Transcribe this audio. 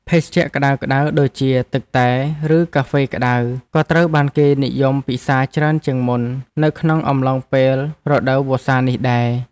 ភេសជ្ជៈក្ដៅៗដូចជាទឹកតែ ឬកាហ្វេក្ដៅ ក៏ត្រូវបានគេនិយមពិសារច្រើនជាងមុននៅក្នុងអំឡុងពេលរដូវវស្សានេះដែរ។